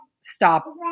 stop